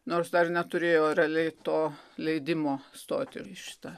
nors dar neturėjo realiai to leidimo stoti į šitą